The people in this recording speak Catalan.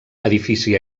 edifici